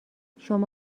شما